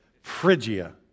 Phrygia